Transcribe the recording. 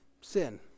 sin